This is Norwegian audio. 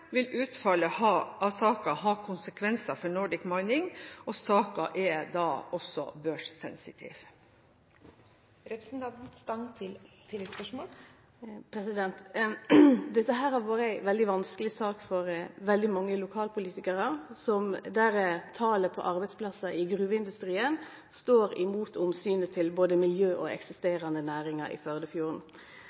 vil utfallet av saken ha konsekvenser for Nordic Mining, og saken er da også børssensitiv. Dette har vore ei veldig vanskeleg sak for veldig mange lokalpolitikarar der talet på arbeidplassar i gruveindustrien står imot omsynet til både miljø og eksisterande næringar i Førdefjorden.